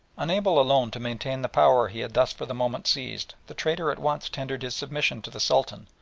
unable alone to maintain the power he had thus for the moment seized, the traitor at once tendered his submission to the sultan,